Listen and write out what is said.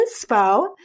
inspo